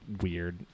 weird